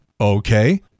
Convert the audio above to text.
Okay